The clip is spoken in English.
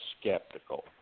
skeptical